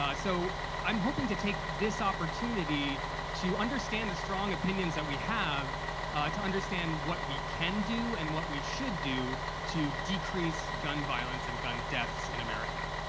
um so, i'm hoping to take this opportunity to understand the strong opinions that we have to understand what we can do and what we should do to decrease gun violence and gun deaths in america.